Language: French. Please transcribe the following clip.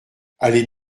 allez